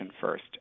first